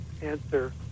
answer